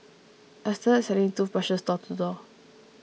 I started selling toothbrushes door to door